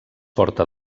porta